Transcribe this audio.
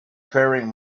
faring